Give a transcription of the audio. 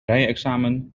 rijexamen